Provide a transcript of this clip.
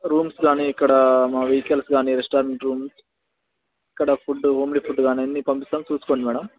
rooms కానీ ఇక్కడా మా వెహికల్స్ కానీ రెస్టారెంట్ రూమ్స్ ఇక్కడ ఫుడ్ హోమ్లీ ఫుడ్ కానీ అన్నీ పంపిస్తాము చూసుకోండి మేడమ్